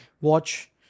watch